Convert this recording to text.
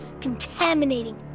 contaminating